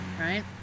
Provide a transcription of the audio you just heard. right